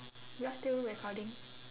yours still recording